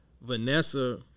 Vanessa